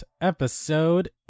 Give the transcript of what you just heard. episode